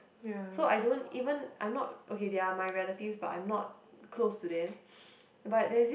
so I don't even I'm not okay they are my relatives but I'm not clost to them but there's